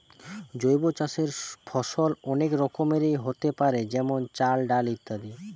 জৈব চাষের ফসল অনেক রকমেরই হোতে পারে যেমন চাল, ডাল ইত্যাদি